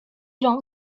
don’t